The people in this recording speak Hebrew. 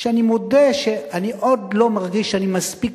ואני מודה שאני עוד לא מרגיש שאני מספיק